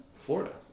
Florida